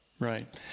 Right